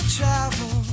travel